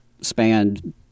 Spanned